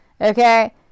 okay